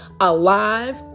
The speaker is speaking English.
alive